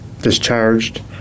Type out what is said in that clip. discharged